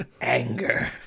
Anger